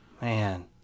Man